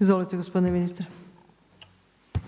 **Opačić, Milanka